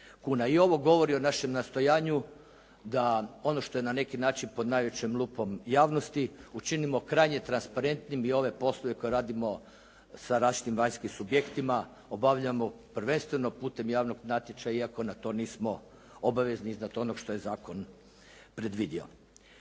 I ovo govori o našem nastojanju da ono što je na neki način pod najvećom lupom javnosti, učinimo krajnje transparentnim i ove poslove koje radimo sa različitim vanjskim subjektima obavljamo prvenstveno putem javnog natječaja iako na to nismo obavezni iznad onog što je zakon predvidio.